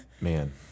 Man